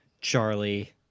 Charlie